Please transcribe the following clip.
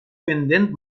pendent